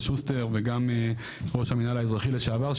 שוסטר וגם ראש המינהל האזרחי לשעבר,